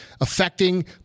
affecting